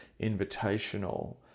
invitational